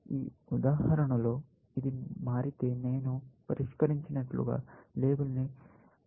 ఈ ఉదాహరణలో ఇది మారితే నేను పరిష్కరించినట్లుగా లేబుల్ని పొందుతాను